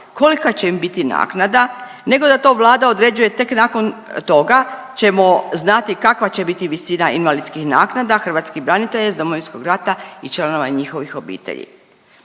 kolika će im biti naknada, nego da to Vlada određuje, tek nakon toga ćemo znati kakva će biti visina invalidskih naknada hrvatskih branitelja iz Domovinskog rata i članova njihovih obitelji.